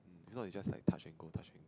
this is not like just touch and go touch and